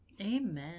Amen